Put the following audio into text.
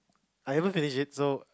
I haven't finish it so